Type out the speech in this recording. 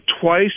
twice